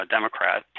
Democrat